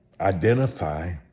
Identify